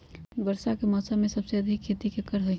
वर्षा के मौसम में सबसे अधिक खेती केकर होई?